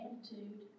attitude